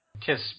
kiss